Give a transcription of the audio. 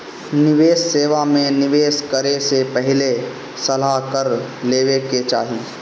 निवेश सेवा में निवेश करे से पहिले सलाह कर लेवे के चाही